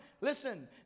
Listen